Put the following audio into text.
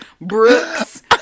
brooks